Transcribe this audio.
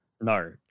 No